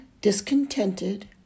discontented